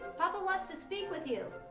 papa wants to speak with you.